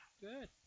Good